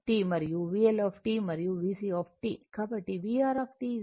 కాబట్టి VR i R కాబట్టి R 10Ω